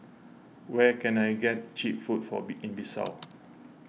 where can I get Cheap Food for be in Bissau